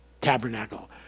tabernacle